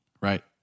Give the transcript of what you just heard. right